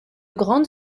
grande